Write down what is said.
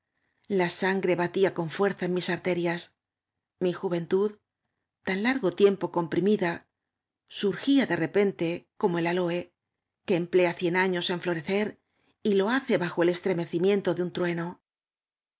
la san gro batía con íuerza en mis arterias mi juven tud tan largo tiempo comprimida surgía de repentt como el aloe que emplea cien años eo florecer y lo hace bajo el estremecimiento de un trueno